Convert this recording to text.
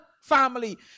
family